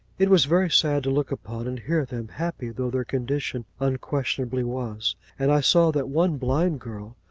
it was very sad to look upon and hear them, happy though their condition unquestionably was and i saw that one blind girl,